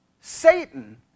Satan